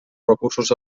recursos